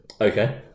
okay